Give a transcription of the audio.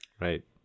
Right